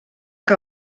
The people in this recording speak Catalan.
que